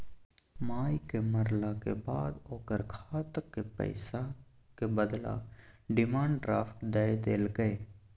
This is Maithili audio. मायक मरलाक बाद ओकर खातक पैसाक बदला डिमांड ड्राफट दए देलकै